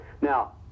Now